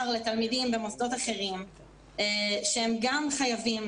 לתלמידים במוסדות אחרים שהם גם חייבים